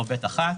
או (ב1)".